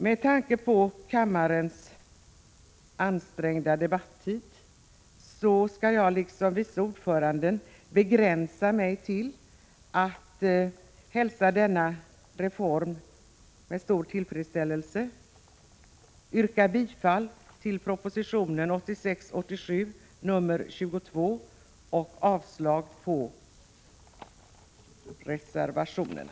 Med tanke på kammarens ansträngda debattid skall jag, liksom vice ordföranden, begränsa mig till att hälsa denna reform med stor tillfredsställelse, och jag yrkar bifall till hemställan i utskottets betänkande 1986/87:22 och avslag på reservationerna.